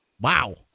Wow